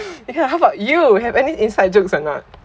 yeah how about you have any inside jokes or not